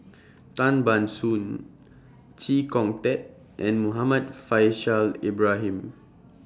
Tan Ban Soon Chee Kong Tet and Muhammad Faishal Ibrahim